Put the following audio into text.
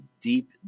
deep